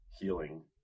healing